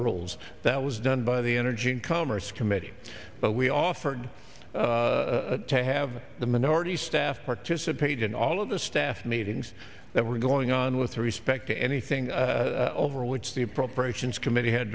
rolls that was done by the energy and commerce committee but we offered to have the minority staff participate in all of the staff meetings that were going on with respect to anything over which the appropriations committee had